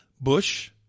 Bush